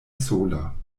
sola